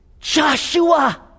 Joshua